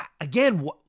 again